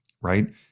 right